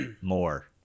More